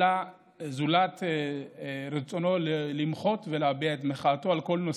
אלא רק רצונו למחות ולהביע את מחאתו על כל נושא,